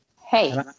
Hey